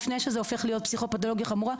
לפני שזה הופך להיות פסיכופתולוגיה חמורה,